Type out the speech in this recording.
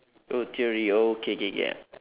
uh theory oh okay okay okay